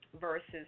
versus